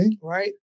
Right